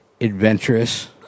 adventurous